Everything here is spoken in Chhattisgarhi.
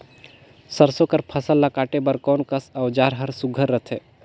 सरसो कर फसल ला काटे बर कोन कस औजार हर सुघ्घर रथे?